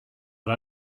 but